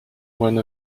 one